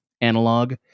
analog